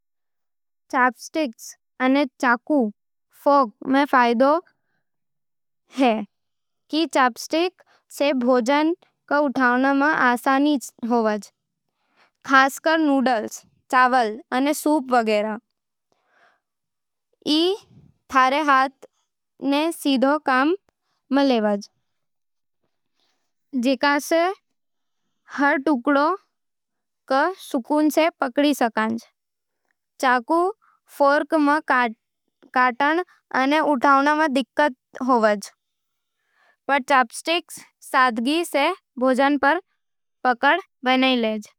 चॉपस्टिक अने चाकू-फोर्क में फ़ायदा ई है कि चॉपस्टिक सै भोजन ने उठाण में आसानी होवे, खासकर नूडल्स, चावल अने सूप वगैरह। ई थारे हाथ ने सीधे काम में लेवे, जणसें थूं हर टुकड़ा ने सुकून सै पकड़े रहो। चाकू-फोर्क में काटण अने उठाण में दिक्कत होवे, पर चॉपस्टिक सादगी सै भोजन पर पकड़ बनाए। ई विधि सै हाथ में संतुलन बने, स्वाद बढ़े अने साफ-सफाई में मदत मिले। सचमुच ई तरीका सै खाने में आनंद बढ़े।